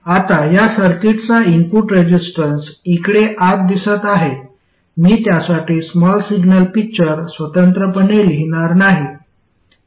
आता या सर्किटचा इनपुट रेझिस्टन्स इकडे आत दिसत आहे मी त्यासाठी स्मॉल सिग्नल पिक्चर स्वतंत्रपणे लिहिणार नाही